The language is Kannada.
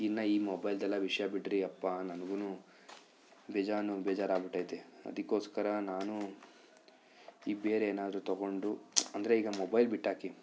ಇನ್ನು ಈ ಮೊಬೈಲ್ದೆಲ್ಲ ವಿಷಯ ಬಿಡ್ರಿ ಅಪ್ಪಾ ನನಗೂನು ಬೇಜಾನು ಬೇಜಾರಾಗಿಬಿಟೈತೆ ಅದಕ್ಕೋಸ್ಕರ ನಾನು ಈ ಬೇರೆ ಏನಾದರು ತೊಗೊಂಡು ಅಂದರೆ ಈಗ ಮೊಬೈಲ್ ಬಿಟ್ಟಾಕಿ